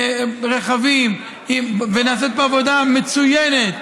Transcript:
ונעשית פה עבודה מצוינת,